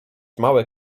małe